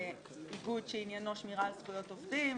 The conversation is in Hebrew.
איגוד שעניינו שמירה על זכויות עובדים,